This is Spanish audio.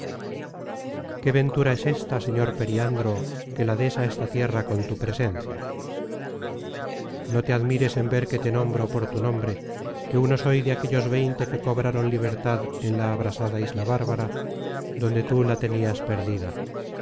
qué ventura es ésta señor periandro que la des á esta tierra con tu presencia no te admires en ver que te nombro por tu nombre que uno soy de aquellos veinte que cobraron libertad en la abrasada isla bárbara donde tú la tenias perdida